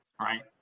right